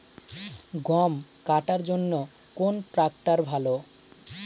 গম কাটার জন্যে কোন ট্র্যাক্টর ভালো?